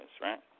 right